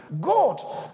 God